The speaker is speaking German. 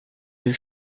die